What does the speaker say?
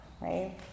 right